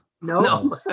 no